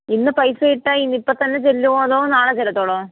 ഇന്ന് പൈസ ഇട്ടാൽ ഇന്നിപ്പോൾ തന്നെ ചെല്ലുവോ അതൊ നാളെ ചെല്ലത്തുള്ളോ